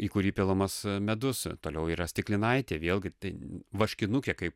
į kurį pilamas medus toliau yra stiklinaitė vėlgi tai vaškinukė kaip